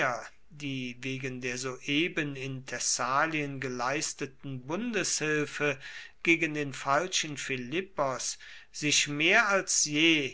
die wegen der soeben in thessalien geleisteten bundeshilfe gegen den falschen philippos sich mehr als je